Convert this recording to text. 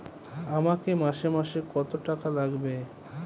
আমাকে মাসে মাসে কত টাকা লাগবে?